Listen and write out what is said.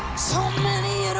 so many